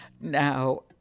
Now